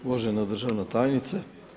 Uvažena državna tajnice.